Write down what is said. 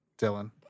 Dylan